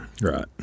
Right